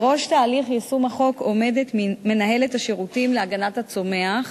בראש תהליך יישום החוק עומדת מינהלת השירותים להגנת הצומח,